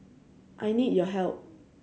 I need your help